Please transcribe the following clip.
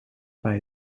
bij